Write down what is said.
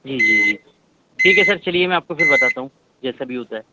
جی جی جی ٹھیک ہے سر چلئے میں آپ کو پھر بتاتا ہوں جیسا بھی ہوتا ہے